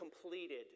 completed